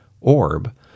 orb